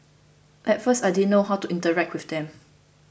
at first I didn't know how to interact with them